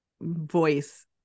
voice